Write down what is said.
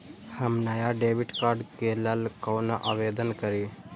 हम नया debit card के लल कौना आवेदन करि?